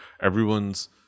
everyone's